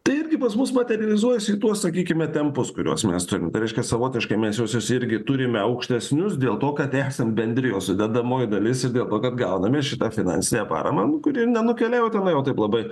tai irgi pas mus materializuojasi į tuos sakykime tempus kuriuos mes turime tai reiškia savotiškia mes juos susi irgi turime aukštesnius dėl to kad esam bendrijos sudedamoji dalis ir dėlto kad gauname šitą finansinę paramą nu kuri nukeliauja tenai jau taip labai